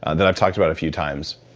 and that i've talked about a few times,